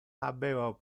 habeva